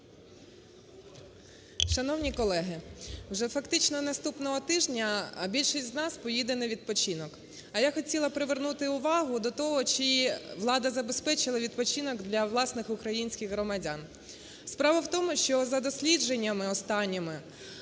Шановні колеги, вже фактично наступного тижня більшість з нас поїде на відпочинок, а я хотіла привернути увагу до того, чи влада забезпечила відпочинок для власних українських громадян. Справа в тому, що за дослідженнями останніми